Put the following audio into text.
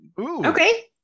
Okay